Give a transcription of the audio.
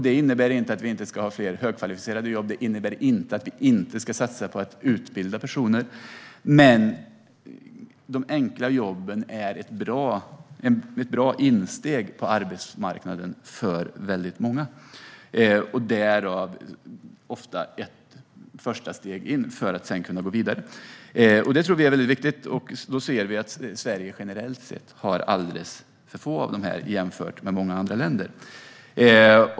Det innebär inte att vi inte ska ha fler högkvalificerade jobb, och det innebär inte att vi inte ska satsa på att utbilda personer. Men de enkla jobben är ett bra insteg på arbetsmarknaden för väldigt många och ofta ett första steg in för att sedan kunna gå vidare. Sverige har generellt sett alldeles för få enkla jobb jämfört med många andra länder.